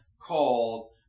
called